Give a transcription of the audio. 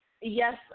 yes